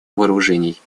вооружений